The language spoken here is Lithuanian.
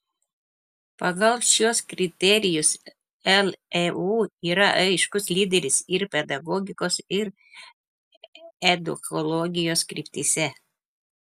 pagal šiuos kriterijus leu yra aiškus lyderis ir pedagogikos ir edukologijos kryptyse